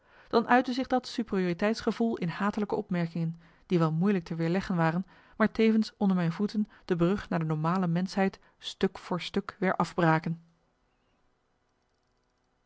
dan uitte zich dat superioriteitsgevoel in hatelijke opmerkingen die wel moeilijk te weerleggen waren maar tevens onder mijn voeten de brug naar de normale menschheid stuk voor stuk weer afbraken